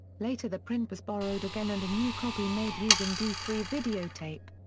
later the print was borrowed again and a new copy made using d three videotape.